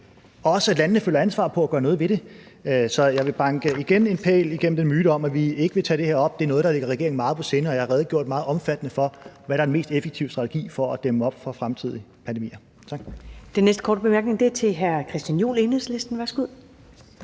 sådan at landene føler ansvar for at gøre noget ved det. Så jeg vil igen banke en pæl igennem den myte om, at vi ikke vil tage det her op. Det er noget, der ligger regeringen meget på sinde, og jeg har redegjort meget omfattende for, hvad der er den mest effektive strategi for at dæmme op for fremtidige pandemier.